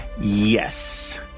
Yes